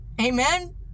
Amen